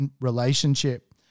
relationship